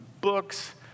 books